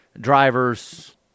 drivers